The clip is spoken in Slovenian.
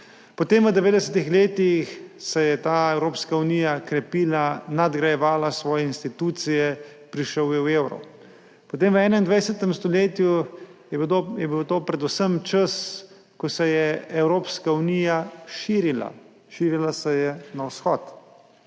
je v 90. letih ta Evropska unija krepila, nadgrajevala svoje institucije, prišel je evro. Potem je bil v 21. stoletju predvsem čas, ko se je Evropska unija širila, širila se je na vzhod,